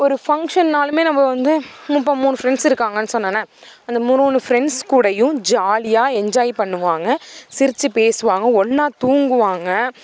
ஒரு ஃபங்க்ஷன்னாலுமே நம்ம வந்து இப்போ மூணு ஃப்ரெண்ட்ஸ் இருகாங்கன்னு சொன்னனா அந்த மூணு மூணு ஃப்ரெண்ட்ஸ் கூடயும் ஜாலியாக என்ஜாய் பண்ணுவாங்க சிரித்து பேசுவாங்க ஒன்றா தூங்குவாங்க